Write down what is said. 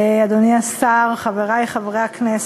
אדוני השר, חברי חברי הכנסת,